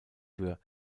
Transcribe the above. für